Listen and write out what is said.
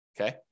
Okay